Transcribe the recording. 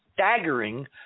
Staggering